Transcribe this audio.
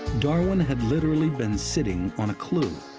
darwin had literally been sitting on a clue,